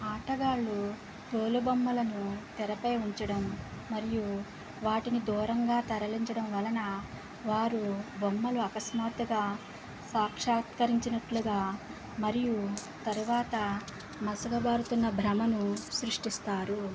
ఆటగాళ్ళు తోలుబొమ్మలను తెరపై ఉంచడం మరియు వాటిని దూరంగా తరలించడం వలన వారు బొమ్మలు అకస్మాత్తుగా సాక్షాత్కరించినట్లుగా మరియు తరువాత మసకబారుతున్న భ్రమను సృష్టిస్తారు